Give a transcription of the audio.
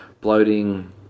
bloating